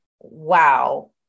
wow